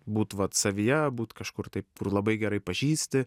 būt vat savyje būt kažkur taip kur labai gerai pažįsti